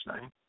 name